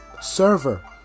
server